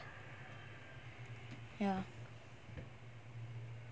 ya